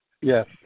Yes